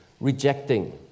rejecting